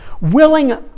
Willing